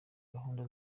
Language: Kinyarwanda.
gahunda